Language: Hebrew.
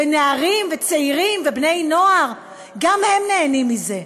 ונערים וצעירים ובני נוער גם הם נהנים מזה.